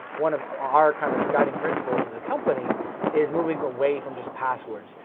one of our kind of guiding principles as a company is moving away from just passwords.